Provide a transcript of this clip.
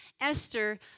Esther